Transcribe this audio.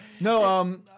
no